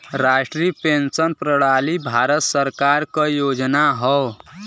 राष्ट्रीय पेंशन प्रणाली भारत सरकार क योजना हौ